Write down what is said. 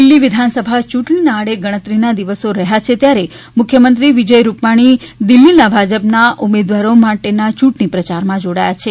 દિલ્હી વિધાનસભા યૂંટણીને આડે ગણતરીના દિવસો રહયા છે ત્યારે મુખ્યમંત્રી વિજય રૂપાણી દિલ્હીના ભાજપના ઉમેદવારો માટેના ચૂંટણી પ્રચારમાં જોડાયા છે